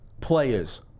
players